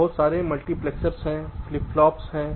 बहुत सारे मल्टीप्लेक्सर्स हैं फ्लिप फ्लॉप हैं